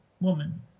woman